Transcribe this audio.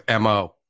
mo